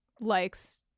likes